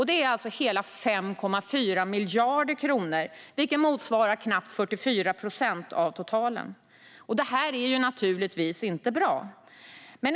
Det är alltså hela 5,4 miljarder kronor, vilket motsvarar knappt 44 procent av totalen. Det är naturligtvis inte bra.